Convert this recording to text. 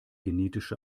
genetische